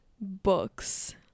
books